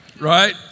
right